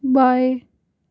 बाएं